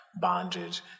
bondage